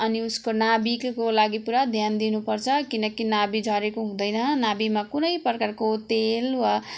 अनि उसको नाभिको लागि पुरा ध्यान दिनु पर्छ किनकि नाभि झरेको हुँदैन नाभिमा कुनै प्रकारको तेल वा